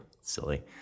Silly